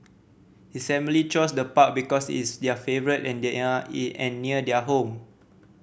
his family chose the park because it's their favourite and and near their home